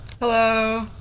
hello